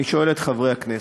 אני שואל את חבריי חברי הכנסת: